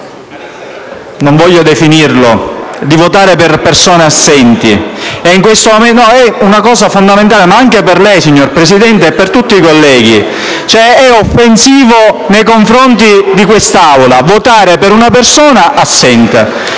non voglio definire - di votare per persone assenti. È una cosa fondamentale anche per lei, signor Presidente, e per tutti i colleghi: è offensivo nei confronti di questa Aula votare per una persona assente.